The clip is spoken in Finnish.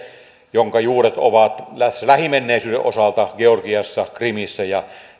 jonka juuret ovat lähimenneisyyden osalta georgiassa krimissä ja